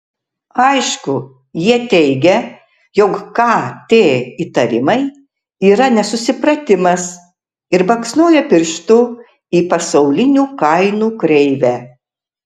aišku jie teigia jog kt įtarimai yra nesusipratimas ir baksnoja pirštu į pasaulinių kainų kreivę